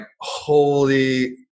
holy